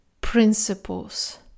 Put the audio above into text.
principles